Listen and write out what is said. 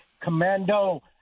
Commando